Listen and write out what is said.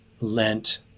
Lent